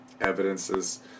evidences